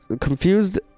Confused